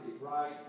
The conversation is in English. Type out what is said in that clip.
right